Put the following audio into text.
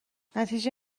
نتیجه